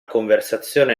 conversazione